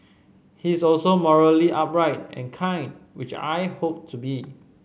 he is also morally upright and kind which I hope to be